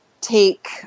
take